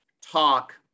talk